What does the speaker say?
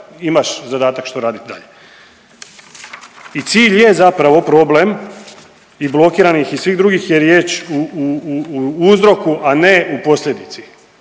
imaš zadatak što raditi, da. I cilj je zapravo problem i blokiranih i svih drugih je riječ u uzroku, a ne u posljedici.